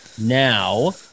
now